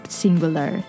singular